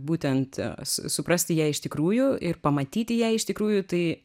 būtent su suprasti ją iš tikrųjų ir pamatyti ją iš tikrųjų tai